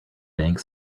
bank